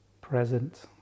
present